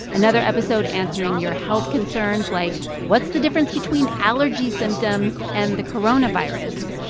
another episode answering your health concerns, like, what's the difference between allergy symptoms and the coronavirus?